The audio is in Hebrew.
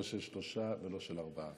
לא של שלושה ולא של ארבעה,